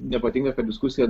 nepatinka kad diskusija